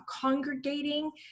congregating